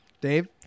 Dave